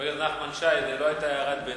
חבר הכנסת נחמן שי, זאת לא היתה הערת ביניים.